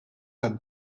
tad